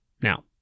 Now